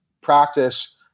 practice